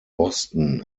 boston